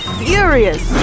furious